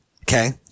Okay